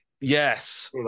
yes